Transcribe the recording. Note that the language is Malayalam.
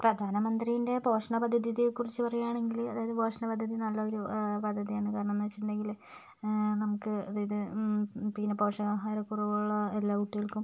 പ്രധാന മന്ത്രീൻ്റെ പോഷണ പദ്ധതിയെ കുറിച്ച് പറയുകയാണെങ്കിൽ അതായത് പോഷണ പദ്ധതി നല്ല ഒരു പദ്ധതിയാണ് കാരണം എന്ന് വെച്ചിട്ടുണ്ടെങ്കിൽ നമുക്ക് അതായത് പിന്നെ പോഷക ആഹാര കുറവുള്ള എല്ലാ കുട്ടികൾക്കും